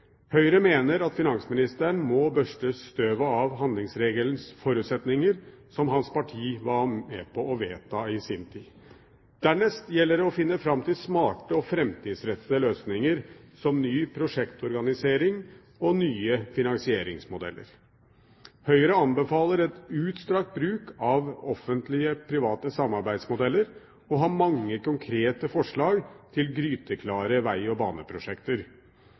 Høyre mener at finansministeren må børste støvet av handlingsregelens forutsetninger, som hans parti var med på å vedta i sin tid. Dernest gjelder det å finne fram til smarte og framtidsrettede løsninger, som ny prosjektorganisering og nye finansieringsmodeller. Høyre anbefaler en utstrakt bruk av offentlig-private samarbeidsmodeller og har mange konkrete forslag til gryteklare veg- og baneprosjekter.